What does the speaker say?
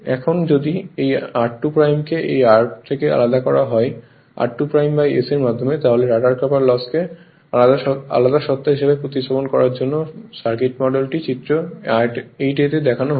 এখন যদি এই r2 কে এই r এর থেকে আলাদা করা হয় r2 s এর মাধ্যমে তাহলে রটার কপার লসকে আলাদা সত্তা হিসাবে প্রতিস্থাপন করার জন্য সার্কিট মডেলটি চিত্র 8a এ দেখানো হয়েছে